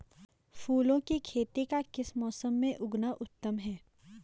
फूलों की खेती का किस मौसम में उगना उत्तम है?